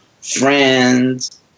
friends